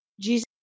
Jesus